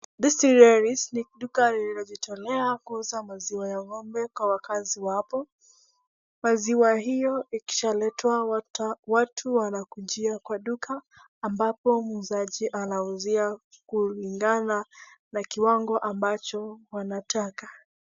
Destiny Dairies ni duka lililojitolea kuuza maziwa ya ng'ombe kwa wakaazi wa hapo. Maziwa hiyo ikishaaletwa watu wanakujia kwa duka ambapo muuzaji anawauzia kulingana na kiwango ambacho wanataka.